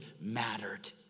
mattered